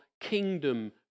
kingdom